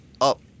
up